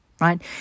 right